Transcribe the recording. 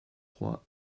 trois